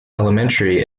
elementary